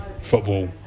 football